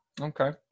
Okay